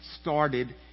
started